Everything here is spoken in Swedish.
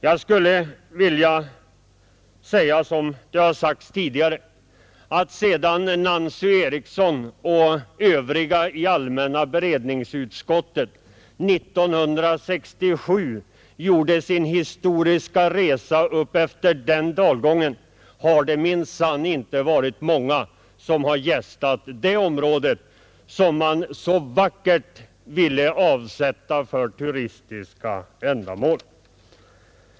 Jag skulle vilja säga att sedan Nancy Eriksson och övriga ledamöter i allmänna beredningsutskottet 1967 gjorde sin historiska resa upp efter den dalgången har det minsann inte varit många som gästat det området, som man så vackert skildrade och ville avsätta för turistiska ändamål.